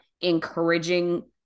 encouraging